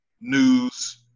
news